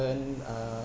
um